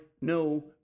no